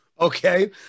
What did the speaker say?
Okay